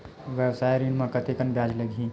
व्यवसाय ऋण म कतेकन ब्याज लगही?